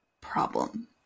problem